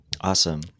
Awesome